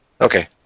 Okay